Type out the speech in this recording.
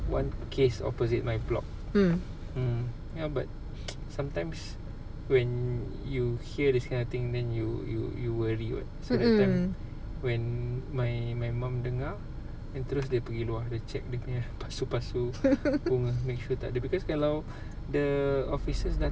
mm mm mm